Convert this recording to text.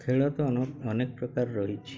ଖେଳ ତ ଅନେକ ପ୍ରକାର ରହିଛି